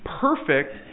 perfect